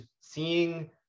seeing